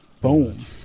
Boom